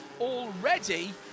already